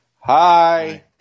Hi